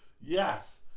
Yes